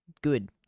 good